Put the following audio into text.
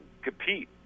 compete